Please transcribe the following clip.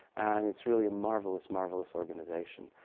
and it's really a marvelous, marvelous organization.